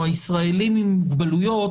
או הישראלים עם מוגבלויות,